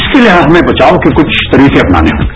इसके लिए हमें बचाव के कुछ तरीके अपनाने हॉंगे